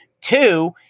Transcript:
Two